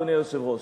אדוני היושב-ראש,